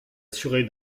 assurés